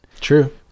true